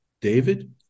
David